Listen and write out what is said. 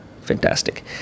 Fantastic